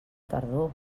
tardor